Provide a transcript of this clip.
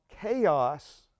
chaos